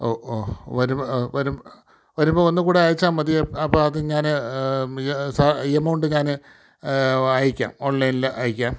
ഓ ഓ വരുമ്പോൾ ഒന്നു കൂടെ അയച്ചാൽ മതിയോ അപ്പോൾ അത് ഞാൻ എമൗണ്ട് ഞാൻ അയക്കാം ഓൺലൈനിൽ അയക്കാം